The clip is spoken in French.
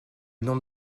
nombre